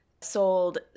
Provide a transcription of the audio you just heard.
sold